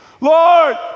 Lord